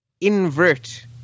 invert